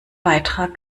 beitrag